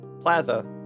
plaza